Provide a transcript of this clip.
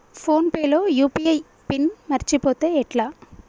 Phone pay లో UPI PIN మరచిపోతే ఎట్లా?